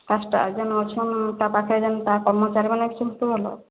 ତା'ର୍ ଷ୍ଟାଫ୍ ଯେନ୍ ଅଛନ୍ ଆଉ ତା'ର୍ ପାଖରେ ଯେନ୍ ତା କର୍ମଚାରୀ ମାନେ କେମିତି ସବୁ ଭଲ